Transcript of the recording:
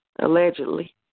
allegedly